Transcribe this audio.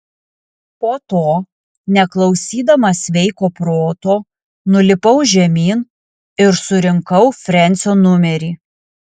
po to neklausydamas sveiko proto nulipau žemyn ir surinkau frensio numerį